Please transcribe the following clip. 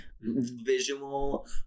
visual